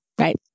right